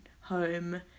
home